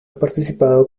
participado